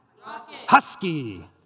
Husky